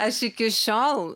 aš iki šiol